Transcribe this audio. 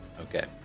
Okay